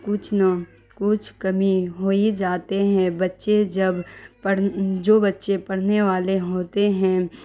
کچھ نہ کچھ کمی ہو ہی جاتے ہیں بچے جب جو بچے پڑھنے والے ہوتے ہیں